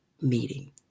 meeting